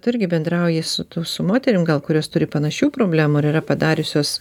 tu irgi bendrauji su tu su moterim gal kurios turi panašių problemų ar yra padariusios